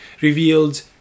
revealed